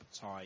tie